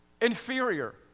inferior